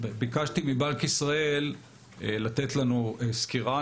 ביקשתי מבנק ישראל לתת לנו סקירה.